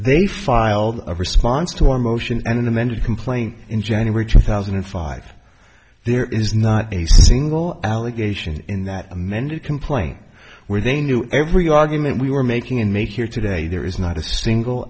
they filed a response to our motion an amended complaint in january two thousand and five there is not a single allegation in that amended complaint where they knew every argument we were making and make here today there is not a single